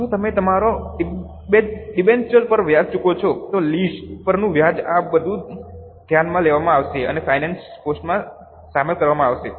જો તમે તમારા ડિબેન્ચર પર વ્યાજ ચૂકવો છો તો લીઝ પરનું વ્યાજ આ બધું ધ્યાનમાં લેવામાં આવશે અને ફાઇનાન્સ કોસ્ટમાં સામેલ કરવામાં આવશે